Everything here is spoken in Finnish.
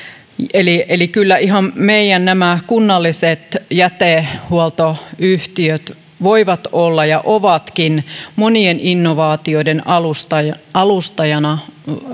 kyllä ihan nämä meidän kunnalliset jätehuoltoyhtiöt voivat olla ja ovatkin monien innovaatioiden alustoina